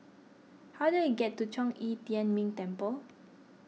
how do I get to Zhong Yi Tian Ming Temple